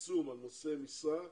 עיצום על נושא משרה,